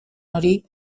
hori